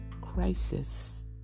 crisis